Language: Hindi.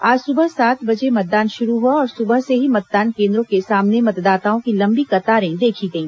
आज सुबह सात बजे मतदान शुरू हुआ और सुबह से ही मतदान केन्द्रों के सामने मतदाताओं की लम्बी कतारें देखी गई